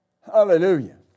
Hallelujah